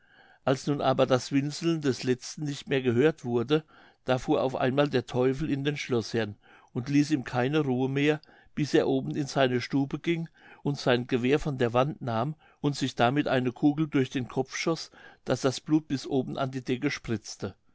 als nun aber das winseln des letzten nicht mehr gehört wurde da fuhr auf einmal der teufel in den schloßherrn und ließ ihm keine ruhe mehr bis er oben in seine stube ging und sein gewehr von der wand nahm und sich damit eine kugel durch den kopf schoß daß das blut bis oben an die decke spritzte